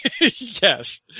Yes